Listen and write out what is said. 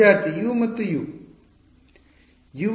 ವಿದ್ಯಾರ್ಥಿ U ಮತ್ತು U